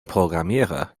programmierer